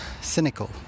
cynical